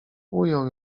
ujął